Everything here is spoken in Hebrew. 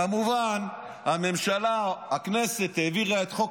כמובן, הכנסת העבירה את חוק